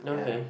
ya